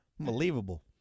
Unbelievable